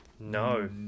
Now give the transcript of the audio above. No